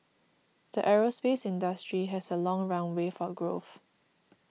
the aerospace industry has a long runway for growth